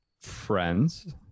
friends